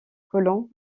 colons